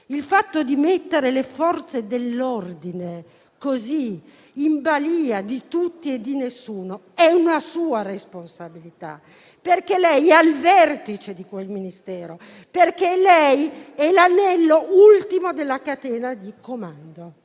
Il fatto di mettere le Forze dell'ordine, in balia di tutti e di nessuno è una sua responsabilità, perché lei è al vertice di quel Ministero, è l'anello ultimo della catena di comando.